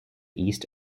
east